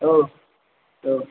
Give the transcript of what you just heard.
औ औ